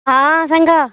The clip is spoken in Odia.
ହଁ ସାଙ୍ଗ